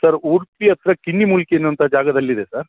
sir Udupi ಹತ್ರ ಕಿನ್ನಿಮೂಲ್ಕಿ ಅನ್ನುವಂಥ ಜಾಗದಲ್ಲಿದೆ ಸರ್